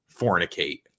fornicate